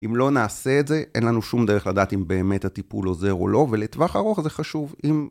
אם לא נעשה את זה, אין לנו שום דרך לדעת אם באמת הטיפול עוזר או לא, ולטווח ארוך זה חשוב אם...